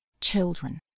Children